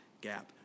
gap